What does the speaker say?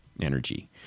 energy